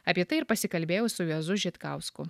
apie tai ir pasikalbėjau su juozu žitkausku